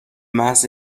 محض